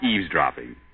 eavesdropping